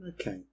Okay